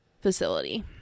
facility